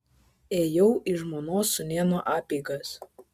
ėjau į žmonos sūnėno apeigas